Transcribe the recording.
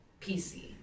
PC